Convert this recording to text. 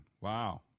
Wow